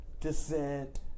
descent